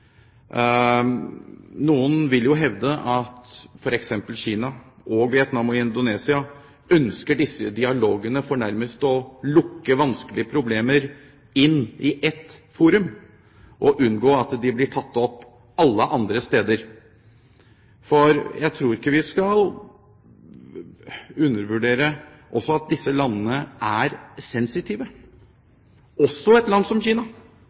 Noen vil jo hevde at f.eks. Kina, Vietnam og Indonesia ønsker dialog for nærmest å lukke vanskelige problemer inn i ett forum og unngå at de blir tatt opp alle andre steder. Jeg tror ikke vi skal undervurdere at disse landene er sensitive, også et land som Kina.